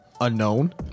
unknown